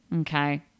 Okay